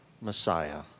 Messiah